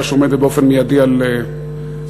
שעומדת באופן מיידי על סדר-יומנו.